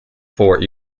fort